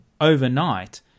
overnight